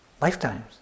lifetimes